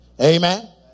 Amen